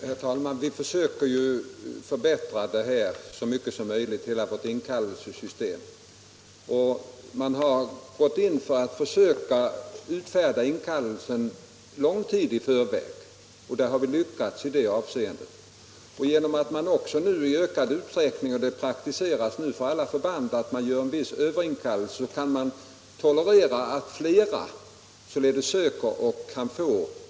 Herr talman! Vi försöker ju förbättra hela vårt inkallelsesystem så mycket som möjligt, och man har gått in för att utfärda inkallelsen lång tid i förväg. I det avseendet har vi lyckats. Genom att man nu också i ökad utsträckning — det praktiseras för alla förband — tillämpar en viss överinkallelse kan man tolerera att flera får anstånd. Det är nog den vägen vi skall gå.